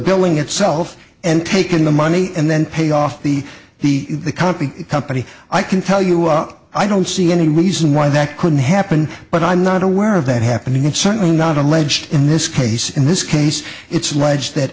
billing itself and taken the money and then pay off the the company company i can tell you up i don't see any reason why that couldn't happen but i'm not aware of that happening and certainly not alleged in this case in this case it's